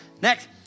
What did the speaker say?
next